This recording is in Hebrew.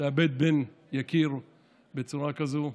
לאבד בן יקיר בצורה כזאת,